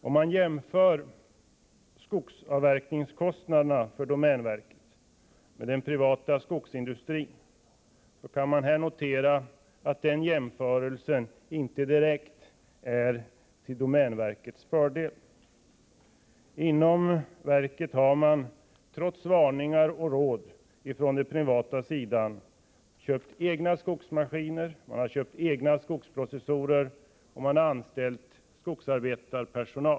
Om man jämför skogsavverkningskostnaderna för domänverket med motsvarande kostnader för den privata skogsindustrin kan man notera att jämförelsen inte direkt är till domänverkets fördel. Verket har, trots varningar och råd från den privata sidan, köpt egna skogsmaskiner och egna skogsprocessorer samt anställt skogsarbetare.